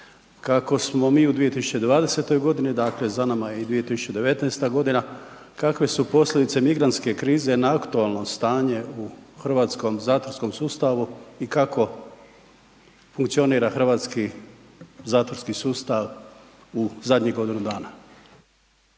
Kako smo mi u 2020. g., dakle za nama je i 2019. g., kakve su posljedice migrantske krize na aktualno stanje u hrvatskog zatvorskom sustavu i kako funkcionira hrvatski zatvorski sustav u zadnjih godinu dana?